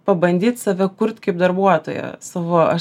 pabandyt save kurt kaip darbuotoją savo aš